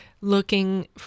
looking